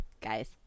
guys